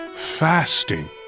fasting